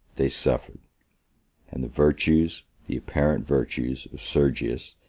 they suffered and the virtues, the apparent virtues, of sergius,